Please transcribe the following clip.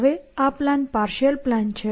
હવે આ plan partial plan છે